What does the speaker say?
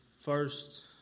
first